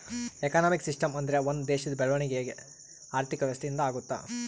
economic system ಅಂದ್ರೆ ಒಂದ್ ದೇಶದ ಬೆಳವಣಿಗೆ ಆರ್ಥಿಕ ವ್ಯವಸ್ಥೆ ಇಂದ ಆಗುತ್ತ